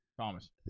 Thomas